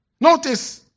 Notice